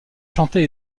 chanter